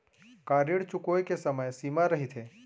का ऋण चुकोय के समय सीमा रहिथे?